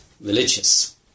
religious